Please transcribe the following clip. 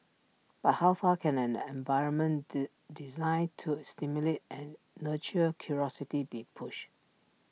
but how far can an environment D designed to stimulate and nurture curiosity be pushed